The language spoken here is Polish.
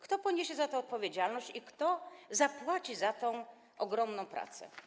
Kto poniesie za to odpowiedzialność i kto zapłaci za tę ogromną pracę?